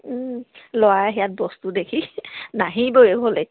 ল'ৰাই সেয়াত বস্তু দেখি নাহিবই ঘৰলৈ